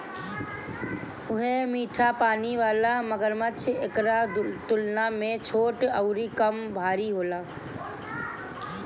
उहे मीठा पानी वाला मगरमच्छ एकरा तुलना में छोट अउरी कम भारी होला